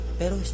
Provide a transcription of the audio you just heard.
pero